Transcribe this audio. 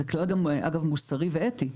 זה כלל גם אגב מוסרי ואתי,